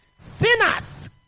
Sinners